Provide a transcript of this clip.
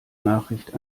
nachricht